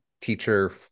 teacher